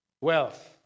wealth